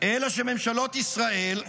אלא שממשלות ישראל,